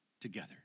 together